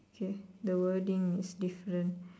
K the wording is different